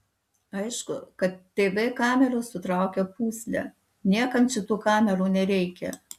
aišku kad tv kameros sutraukia pūslę niekam čia tų kamerų nereikia